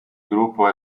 gruppo